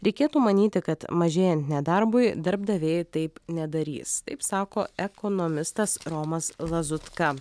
reikėtų manyti kad mažėjant nedarbui darbdaviai taip nedarys taip sako ekonomistas romas lazutka